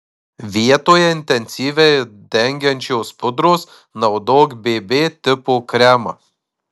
vietoje intensyviai dengiančios pudros naudok bb tipo kremą